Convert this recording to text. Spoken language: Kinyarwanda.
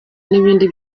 n’ibindi